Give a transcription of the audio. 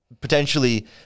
potentially